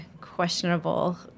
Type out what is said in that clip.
questionable